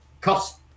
cost